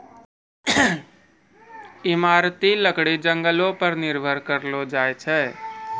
इमारती लकड़ी जंगलो पर निर्भर करलो जाय छै